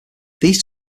these